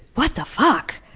what the fuck?